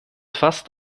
fast